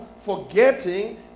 forgetting